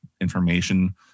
information